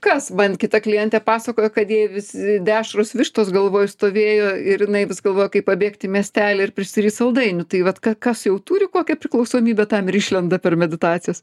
kas van kita klientė pasakojo kad jie visi dešros vištos galvoj stovėjo ir jinai vis galvojo kaip pabėgt į miestelį ir prisiryt saldainių tai vat ka kas jau turi kokią priklausomybę tam ir išlenda per meditacijas